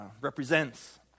represents